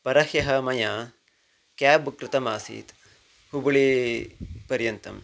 परह्यः मया cab book कृतमासीत् हुबळीपर्यन्तम्